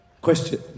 Question